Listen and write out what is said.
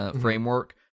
framework